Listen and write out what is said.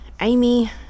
Amy